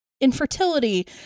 infertility